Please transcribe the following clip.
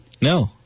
No